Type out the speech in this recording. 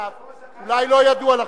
אולי לא ידוע לכם,